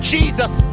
Jesus